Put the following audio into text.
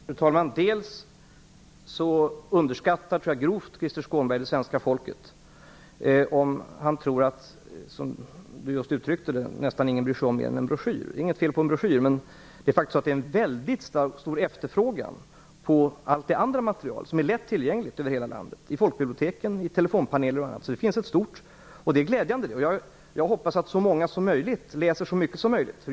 Fru talman! Jag tycker att Krister Skånberg grovt underskattar det svenska folket, om han tror - som han uttrycker det - att nästan ingen bryr sig om mer än en broschyr. Det är inget fel på en broschyr, men det är faktiskt en väldigt stor efterfrågan på allt det andra material som är lättillgängligt över hela landet, i folkbiblioteken, telefonpaneler och annat. Det är glädjande. Jag hoppas att så många som möjligt läser så mycket som möjligt.